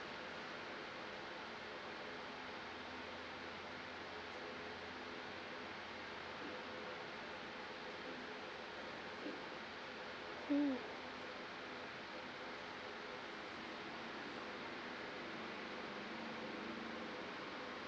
mm